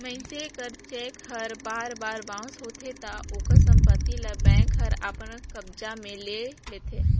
मइनसे कर चेक हर बार बार बाउंस होथे ता ओकर संपत्ति ल बेंक हर अपन कब्जा में ले लेथे